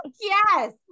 yes